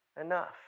enough